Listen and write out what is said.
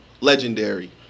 Legendary